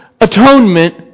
atonement